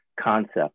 concept